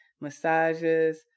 massages